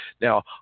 Now